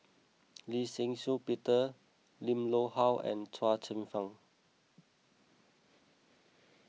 Lee Shih Shiong Peter Lim Loh Huat and Chua Chim Kang